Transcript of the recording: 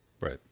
Right